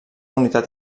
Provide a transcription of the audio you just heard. unitat